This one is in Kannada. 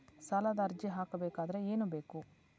ಸಾಲದ ಅರ್ಜಿ ಹಾಕಬೇಕಾದರೆ ಏನು ಬೇಕು?